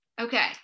Okay